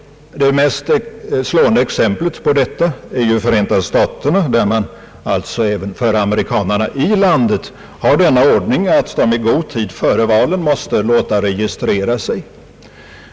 Det mest slående exemplet på detta är ju Förenta staterna, där man alltså för amerikanarna i landet har den ordningen, att de i god tid före valet skall låta registrera sig.